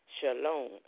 Shalom